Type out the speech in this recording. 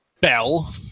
bell